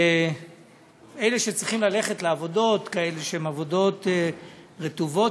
שאלה שצריכים ללכת לעבודות שהן עבודות רטובות,